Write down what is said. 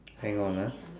hang on ah